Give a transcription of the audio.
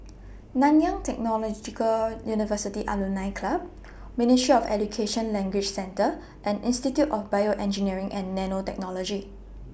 Nanyang Technological University Alumni Club Ministry of Education Language Centre and Institute of Bioengineering and Nanotechnology